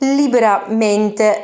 liberamente